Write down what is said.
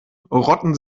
rotten